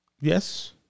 Yes